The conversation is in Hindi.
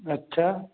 अच्छा